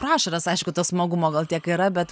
pro ašaras aišku to smagumo gal tiek yra bet